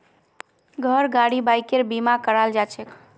घर गाड़ी बाइकेर बीमा कराल जाछेक